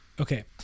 Okay